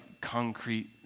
concrete